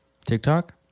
TikTok